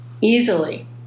easily